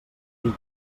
diga